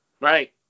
Right